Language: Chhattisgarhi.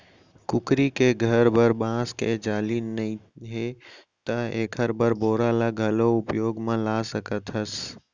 कुकरी के घर बर बांस के जाली नइये त एकर बर बोरा ल घलौ उपयोग म ला सकत हस